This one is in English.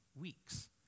weeks